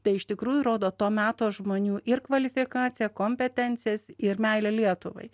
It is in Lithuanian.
tai iš tikrųjų rodo to meto žmonių ir kvalifikaciją kompetencijas ir meilę lietuvai